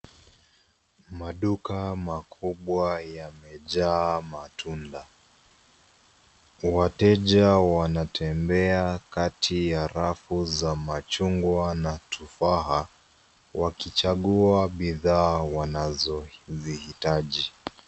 Maduka makubwa yamejaa matunda. Wateja wanatembea kati ya rafu za machungwa na tufaha, wakichagua bidhaa wanazozihitaji.